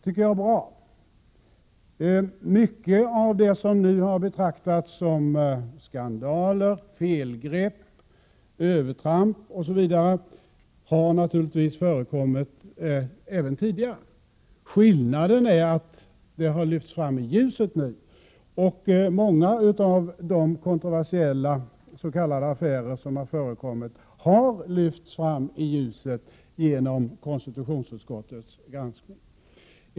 Mycket av det som nu betraktas som skandaler, felgrepp, övertramp osv. har naturligtvis förekommit även tidigare. Skillnaden är att det nu har lyfts fram i ljuset. Många av de kontroversiella s.k. affärer som förekommit har lyfts fram just genom konstitutionsutskottets granskning.